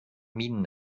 minen